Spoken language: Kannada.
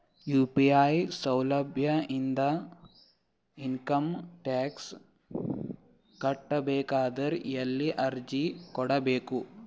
ಯು.ಪಿ.ಐ ಸೌಲಭ್ಯ ಇಂದ ಇಂಕಮ್ ಟಾಕ್ಸ್ ಕಟ್ಟಬೇಕಾದರ ಎಲ್ಲಿ ಅರ್ಜಿ ಕೊಡಬೇಕು?